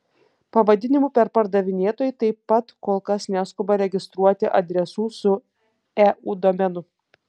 pavadinimų perpardavinėtojai taip pat kol kas neskuba registruoti adresų su eu domenu